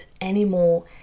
anymore